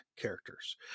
characters